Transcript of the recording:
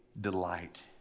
delight